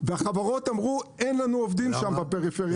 החברות אמרו שאין להן עובדים בפריפריה.